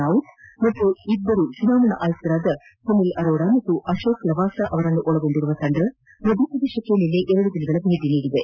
ರಾವತ್ ಹಾಗೂ ಇಬ್ಲರು ಚುನಾವಣಾ ಆಯುಕ್ತರಾದ ಸುನಿಲ್ ಅರೋರಾ ಮತ್ತು ಅಶೋಕ್ ಲಾವಾಸಾ ಅವರನ್ನು ಒಳಗೊಂಡ ತಂಡ ಮಧ್ಯಪ್ರದೇಶಕ್ಕೆ ನಿನ್ನೆ ಎರಡು ದಿನಗಳ ಭೇಟ ನೀಡಿದೆ